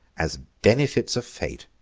as benefits of fate.